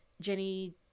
jenny